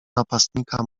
napastnika